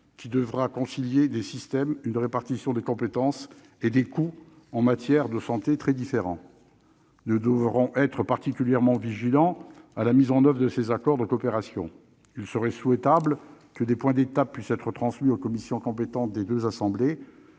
qui devra concilier des systèmes, une répartition des compétences et des coûts en matière de santé très différents pourrait même être freiné. Nous devrons ainsi être particulièrement vigilants lors de la mise en oeuvre de ces accords de coopération. Il serait souhaitable que des rapports d'étape puissent être transmis aux commissions compétentes des deux assemblées